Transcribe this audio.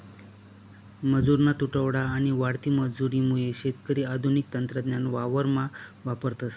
मजुरना तुटवडा आणि वाढती मजुरी मुये शेतकरी आधुनिक तंत्रज्ञान वावरमा वापरतस